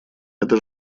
это